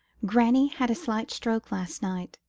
granny had a slight stroke last night.